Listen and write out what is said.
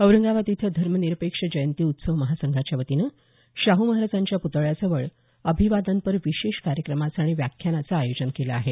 औरंगाबाद इथं धर्मनिरपेक्ष जयंती उत्सव महासंघाच्या वतीनं शाह महाराजांच्या प्तळ्याजवळ अभिवादनपर विशेष कार्यक्रमाचं आणि व्याख्यानाचं आयोजन केलं आहे